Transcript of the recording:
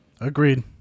Agreed